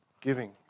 giving